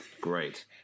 Great